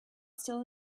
still